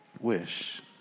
wish